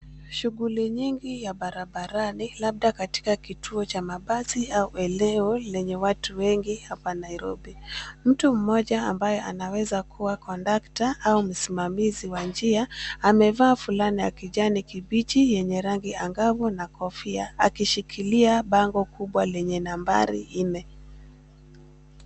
Shughuli nyingi ya barabarani, labda katika kituo cha mabasi au eneo lenye watu wengi hapa Nairobi. Mtu mmoja ambae anaweza kuwa kondakta au msimamizi wa njia amevaa fulana ya kijani kibichi yenye rangi angavu na kofia akishikilia bango kubwa lenye nambari nne.